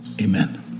Amen